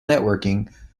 networking